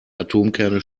atomkerne